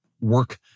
work